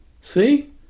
See